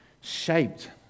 shaped